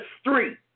street